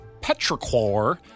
petrichor